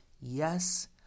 Yes